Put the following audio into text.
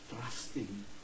trusting